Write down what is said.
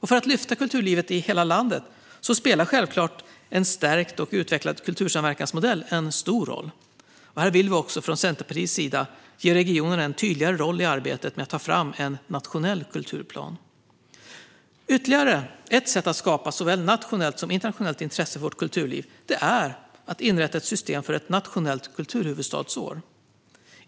För att lyfta kulturlivet i hela landet spelar självklart en stärkt och utvecklad kultursamverkansmodell en stor roll. Här vill vi också från Centerpartiets sida ge regionerna en tydligare roll i arbetet med att ta fram en nationell kulturplan. Ytterligare ett sätt att skapa såväl nationellt som internationellt intresse för vårt kulturliv är att inrätta ett system för ett nationellt kulturhuvudstadsår.